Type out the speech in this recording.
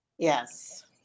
Yes